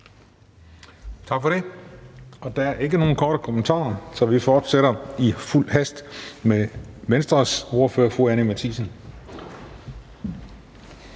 Tak for det. Der er ikke nogen korte bemærkninger, så vi fortsætter i fuld hast med Venstres ordfører, fru Anni Matthiesen.